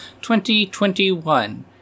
2021